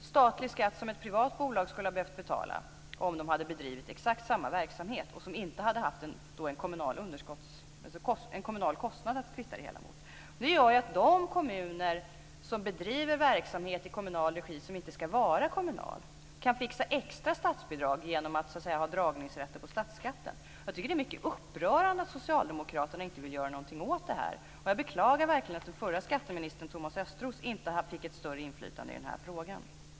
Den skatten skulle ett privat bolag ha behövt betala om det hade bedrivit exakt samma verksamhet och då inte haft en kommunal kostnad att kvitta det hela mot. Det här gör ju att de kommuner som bedriver verksamhet i kommunal regi, som inte ska vara kommunal, kan fixa extra statsbidrag genom att så att säga ha dragningsrätter på statsskatten. Jag tycker att det är mycket upprörande att socialdemokraterna inte vill göra någonting åt det här. Jag beklagar verkligen att den förre skatteministern, Thomas Östros, inte fick ett större inflytande i den här frågan.